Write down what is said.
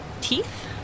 teeth